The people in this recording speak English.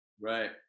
Right